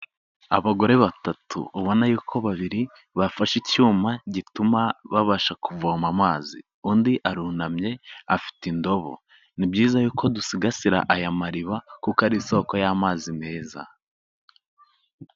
Abagore batatu, ubona yuko uko babiri bafashe icyuma gituma babasha kuvoma amazi, undi arunamye, afite indobo. Ni byiza yuko dusigasira aya mariba kuko ari isoko y'amazi meza.